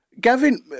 Gavin